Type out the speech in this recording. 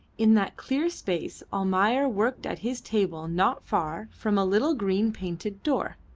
in that clear space almayer worked at his table not far from a little green painted door,